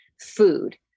food